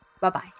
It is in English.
Bye-bye